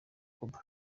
cuba